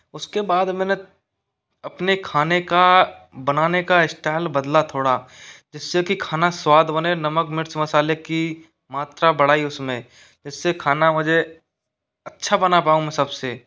उसके बाद मैंने अपने खाने का बनाने का इस्टाइल बदला थोड़ा जिससे कि खाना स्वाद बने नमक मिर्च मसाले की मात्रा बढ़ाई उसमें जिससे खाना मैं अच्छा बना पाऊं मैं सबसे